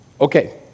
Okay